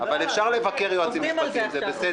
עובדים על זה עכשיו.